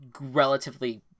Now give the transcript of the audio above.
relatively